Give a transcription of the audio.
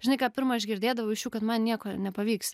žinai ką pirma aš girdėdavau iš jų kad man nieko nepavyks